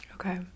Okay